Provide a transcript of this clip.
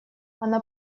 она